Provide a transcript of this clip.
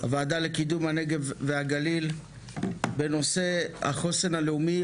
הוועדה לקידום הנגב והגליל בנושא החוסן הלאומי,